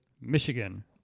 Michigan